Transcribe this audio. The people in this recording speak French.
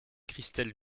christelle